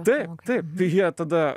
taip taip tai jie tada